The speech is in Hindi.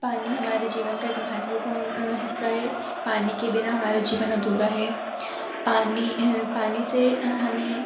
पानी हमारे जीवन का एक महत्वपूर्ण हिस्सा है पानी के बिना हमारा जीवन अधूरा है पानी पानी से हमें